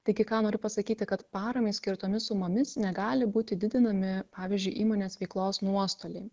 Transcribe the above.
taigi ką noriu pasakyti kad paramai skirtomis sumomis negali būti didinami pavyzdžiui įmonės veiklos nuostoliai